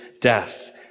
death